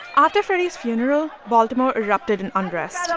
after freddie's funeral, baltimore erupted in unrest.